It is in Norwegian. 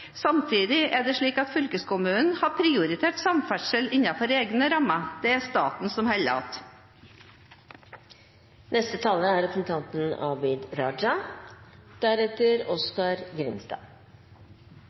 Samtidig er det slik at fylkeskommunen har prioritert samferdsel innenfor egne rammer. Det er staten som